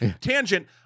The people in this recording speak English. tangent